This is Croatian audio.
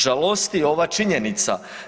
Žalosti ovaj činjenica.